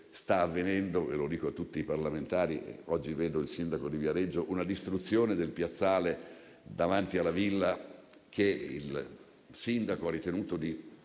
sta avvenendo - lo dico a tutti i parlamentari: oggi vedrò il sindaco di Viareggio - la distruzione del piazzale davanti alla villa, che il sindaco ha ritenuto di